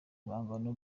ibihangano